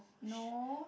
no